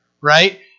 right